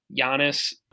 Giannis